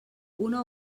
una